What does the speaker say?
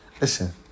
Listen